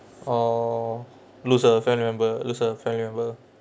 oh lose a family member lose a family member